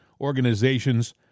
organizations